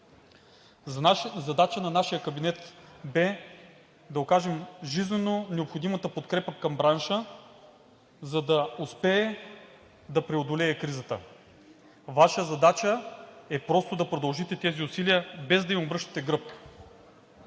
Задача на нашия кабинет бе да окажем жизненонеобходимата подкрепа към бранша, за да успее да преодолее кризата. Ваша задача е просто да продължите тези усилия, без да им обръщате гръб.